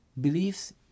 Beliefs